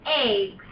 eggs